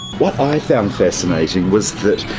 what i found fascinating was that